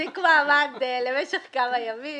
ההישג הזה החזיק מעמד למשך כמה ימים